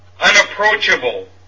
unapproachable